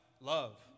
love